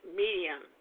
medium